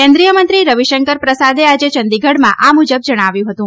કેન્દ્રીય મંત્રી રવિશંકર પ્રસાદે આજે ચંદીગઢમાં આ મુજબ જણાવ્યું હતું